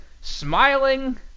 Smiling